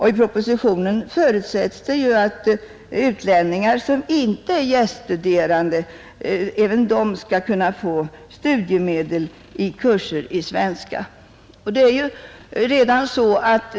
I propositionen föreslås ju att även utlänningar som inte är gäststuderande skall kunna få studiemedel när de går på kurser i svenska.